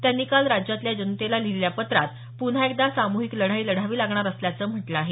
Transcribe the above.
त्यांनी काल राज्यातल्या जनतेला लिहिलेल्या पत्रात पुन्हा एकदा सामुहिक लढाई लढावी लागणार असल्याचं म्हटलं आहे